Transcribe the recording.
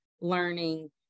learning